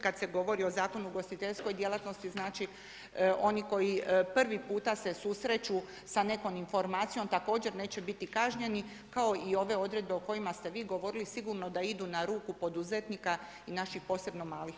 Kad se govori o Zakonu o ugostiteljskoj djelatnosti znači, oni koji prvi puta se susreću sa nekom informacijom također neće biti kažnjeni, kao i ove odredbe o kojima ste vi govorili sigurno da idu na ruku poduzetnika i našim posebno malih obrtnika.